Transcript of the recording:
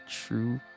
true